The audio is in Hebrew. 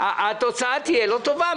התוצאה תהיה לא טובה,